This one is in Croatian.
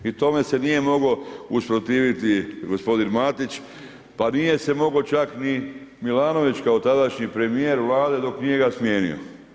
I tome se nije moglo usprotiviti gospodin Matić, pa nije se mogao čak ni Milanović kao tadašnji premjer Vlade dok ga nije smijenio.